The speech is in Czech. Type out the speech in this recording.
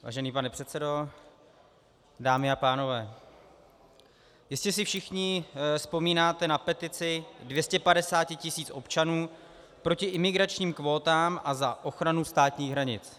Vážený pane předsedo, dámy a pánové, jistě si všichni vzpomínáte na petici 250 tisíc občanů proti imigračním kvótám a za ochranu státních hranic.